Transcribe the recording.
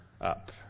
up